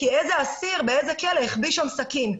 כי איזה אסיר באיזה כלא החביא שם סכין.